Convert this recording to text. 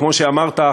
כמו שאמרת,